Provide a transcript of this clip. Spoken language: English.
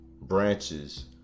branches